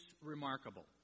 remarkable